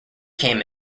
came